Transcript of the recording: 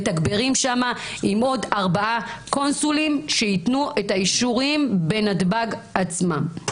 מתגברים שם עם עוד ארבעה קונסולים שייתנו את האישורים בנתב"ג עצמו,